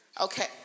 okay